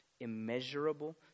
immeasurable